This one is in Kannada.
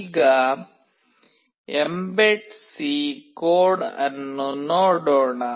ಈಗ mbed C ಕೋಡ್ಕೆ ಅನ್ನು ನೋಡೋಣ